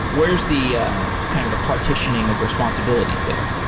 where's the ah kind of the partitioning of responsibilities there?